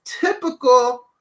typical